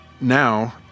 now